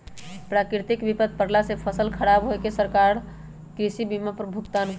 प्राकृतिक विपत परला से फसल खराब होय पर सरकार कृषि बीमा पर भुगतान करत